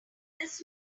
this